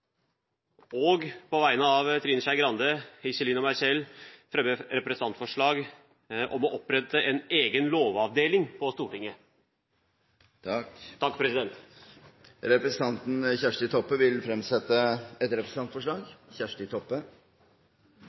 jeg på vegne av Trine Skei Grande, Iselin Nybø og meg selv fremme representantforslag om å opprette en egen lovavdeling på Stortinget. Representanten Kjersti Toppe vil fremsette et representantforslag.